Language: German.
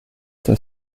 der